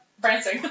Prancing